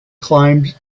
climbed